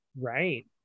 Right